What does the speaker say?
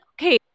okay